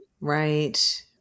Right